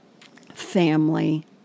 family